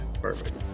perfect